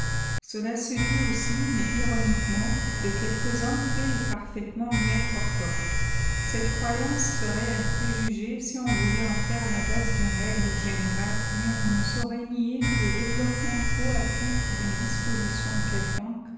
cela se dit aussi mais ironiquement de quelques hommes faits et parfaitement bien portants cette croyance serait un préjugé si on voulait en faire ta base d'une règle générale mais on ne saurait nier que le développement trop hfttif d'une disposition quelconque